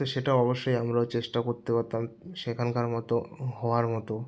তো সেটা অবশ্যই আমরাও চেষ্টা করতে পারতাম সেখানকার মতো হওয়ার মতো